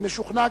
אני משוכנע,